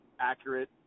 accurate